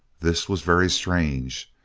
this was very strange,